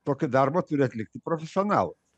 tokį darbą turi atlikti profesionalai